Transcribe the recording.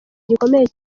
gikomeye